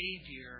behavior